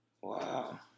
Wow